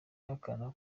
ihakana